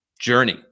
journey